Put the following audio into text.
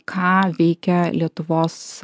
ką veikia lietuvos